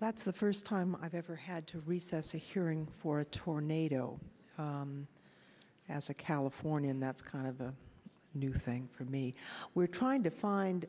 well that's the first time i've ever had to recess a hearing for a tornado as a californian that's kind of a new thing for me we're trying to find